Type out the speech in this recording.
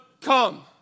come